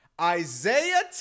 Isaiah